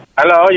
Hello